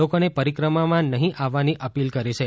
લોકોને પરિક્રમામાં નહિં આવવાની અપીલ કરી છે